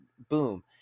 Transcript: Boom